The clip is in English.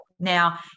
Now